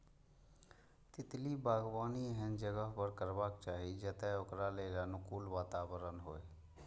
तितली बागबानी एहन जगह पर करबाक चाही, जतय ओकरा लेल अनुकूल वातावरण होइ